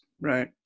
Right